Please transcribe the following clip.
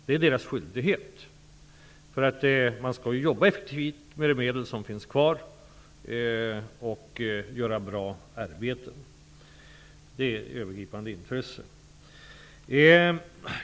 Det är dess skyldighet. Man skall arbeta effektivt med de medel som finns kvar och utföra bra arbete. Det är det övergripande intresset.